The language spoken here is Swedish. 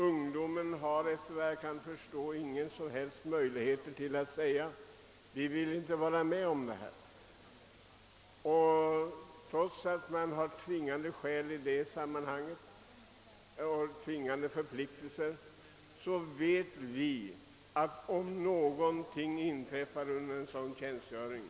Ungdomen har efter vad jag kan förstå ingen som helst möjlighet att säga att den inte vill vara med om detta, trots att den har tvingande förpliktelser om någonting inträffar under en sådan tjänstgöring.